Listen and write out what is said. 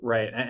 Right